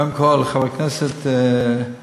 קודם כול, חבר הכנסת באסל,